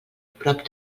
prop